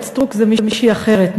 אורית סטרוק היא מישהי אחרת,